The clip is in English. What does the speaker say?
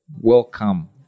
welcome